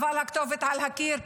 אבל הכתובת על הקיר,